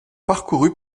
parcourue